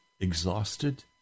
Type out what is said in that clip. exhausted